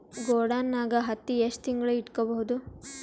ಗೊಡಾನ ನಾಗ್ ಹತ್ತಿ ಎಷ್ಟು ತಿಂಗಳ ಇಟ್ಕೊ ಬಹುದು?